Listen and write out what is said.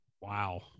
Wow